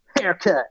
haircut